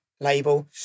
label